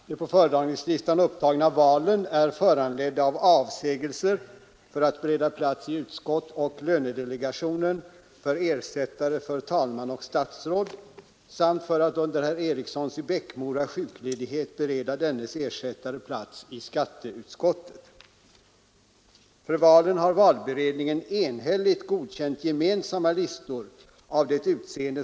Herr talman! De på föredragningslistan upptagna valen är föranledda av avsägelser för att bereda plats i utskott och i lönedelegationen åt ersättare för talman och statsråd samt för att under herr Erikssons i Bäckmora sjukledighet bereda dennes ersättare plats i skatteutskottet.